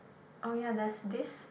oh ya there's this